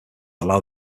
allow